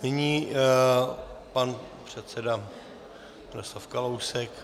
Nyní pan předseda Miroslav Kalousek.